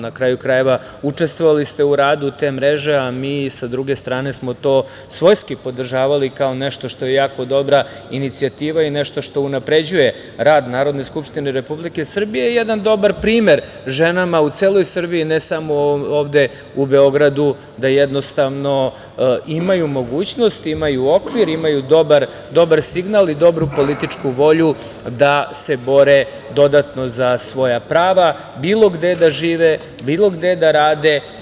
Na kraju, krajeva učestvovali ste u radu te mreže, a mi sa druge strane smo to svojski podržavali, kao nešto što je jako dobra inicijativa i nešto što unapređuje rad Narodne skupštine Republike Srbije i jedan dobar primer ženama u celoj Srbiji, ne samo ovde u Beogradu, da imaju mogućnost, imaju okvir, imaju dobar signal i dobru političku volju da se bore dodatno za svoja prava, bilo gde da žive, bilo gde da rade.